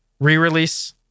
re-release